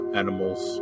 animals